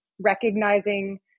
recognizing